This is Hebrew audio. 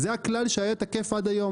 זה הכלל שהיה תקף עד היום.